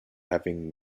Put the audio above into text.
having